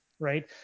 right